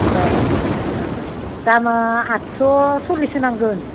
दामआ आदस' सल्लिस होनांगोन